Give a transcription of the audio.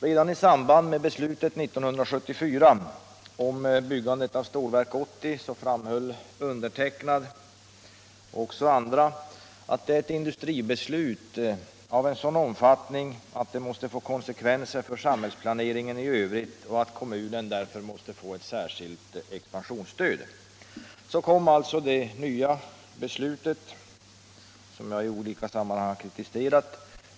Redan i samband med beslutet 1974 om byggandet av Stålverk 80 framhöll jag, och även andra, att det är ett industribeslut av en sådan omfattning att det måste få konsekvenser för samhällsplaneringen i övrigt och att kommunen därför måste få ett särskilt expansionsstöd. Så kom alltså det nya beslutet, som jag i olika sammanhang kritiserat.